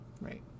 right